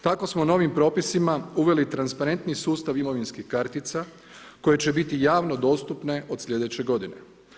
Tako smo novim propisima uveli transparentni sustav imovinskih kartica koje će biti javno dostupne od sljedeće godine.